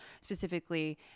specifically